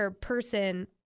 person